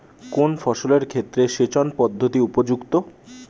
কোন ফসলের ক্ষেত্রে সেচন পদ্ধতি উপযুক্ত?